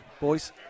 boys